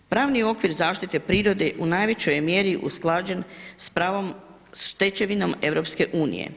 Pravni okvir zaštite prirode u najvećoj je mjeri usklađen sa pravnom stečevinom EU.